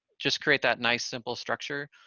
just create that nice simple structure,